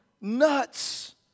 nuts